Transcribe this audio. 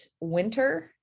winter